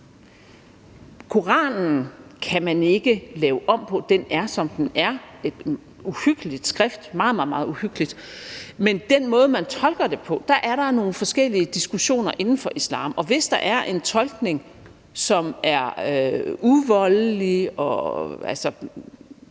Koranen kan man ikke lave om på; den er, som den er. Det er et uhyggeligt skrift – et meget, meget uhyggeligt skrift – men i forhold til den måde, man tolker den på, er der nogle forskellige diskussioner inden for islam, og hvis der er en tolkning, som er ikkevoldelig, og